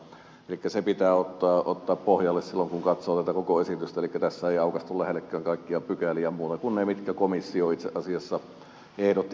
elikkä se pitää ottaa pohjalle silloin kun katsoo tätä koko esitystä elikkä tässä ei aukaistu lähellekään kaikkia pykäliä muuta kuin ne mitkä komissio itse asiassa ehdotti tarkennettavaksi